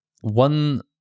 one